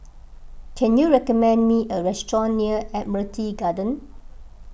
can you recommend me a restaurant near Admiralty Garden